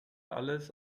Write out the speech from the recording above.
alles